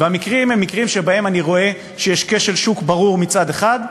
המקרים שבהם אני רואה שיש כשל שוק ברור מצד אחד,